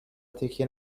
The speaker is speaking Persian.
تکیه